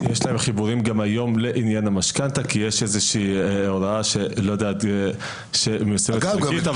יש להם חיבורים גם היום לעניין המשכנתה כי יש הוראה שמיושמת חלקית,